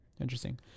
Interesting